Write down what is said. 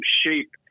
shape